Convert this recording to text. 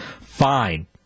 fine